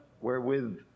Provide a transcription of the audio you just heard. wherewith